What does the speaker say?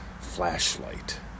flashlight